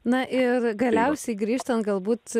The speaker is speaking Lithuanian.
na ir galiausiai grįžtant galbūt